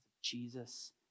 Jesus